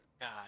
God